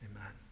Amen